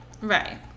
Right